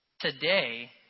today